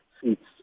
seats